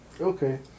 Okay